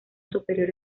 superior